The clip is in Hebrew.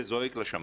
זה זועק לשמיים.